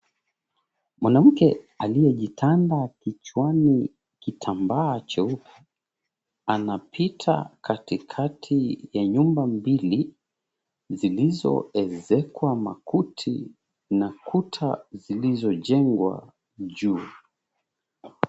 Mwanamke aliyejitanda kichwani kitambaa cheupe, anapita kati kati ya nyumba mbili, zilizoezekwa makuti, na kuta zilizojengwa juu.